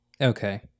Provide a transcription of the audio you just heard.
Okay